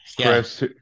Chris